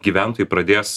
gyventojai pradės